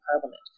parliament